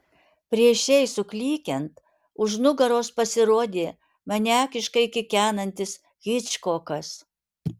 prieš jai suklykiant už nugaros pasirodė maniakiškai kikenantis hičkokas